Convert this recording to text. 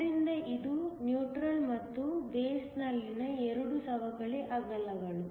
ಆದ್ದರಿಂದ ಇದು ನ್ಯೂಟ್ರಲ್ ಮತ್ತು ಬೇಸ್ ನಲ್ಲಿನ ಎರಡು ಸವಕಳಿ ಅಗಲಗಳು